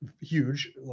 huge